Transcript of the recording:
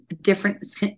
Different